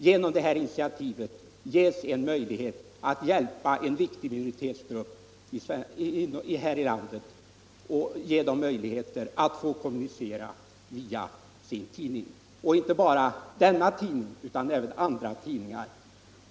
Genom det nu aktuella initiativet ges en möjlighet att hjälpa en viktig minoritetsgrupp här i landet, så att den kan kommunicera via sin tidning. Det gäller inte heller bara denna tidning utan även andra.